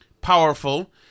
Powerful